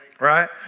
right